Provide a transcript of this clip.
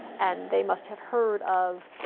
and they must have heard of,